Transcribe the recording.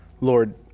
Lord